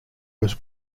was